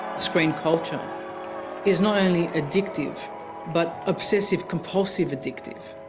screen culture is not only addictive but obsessive-compulsive addictive.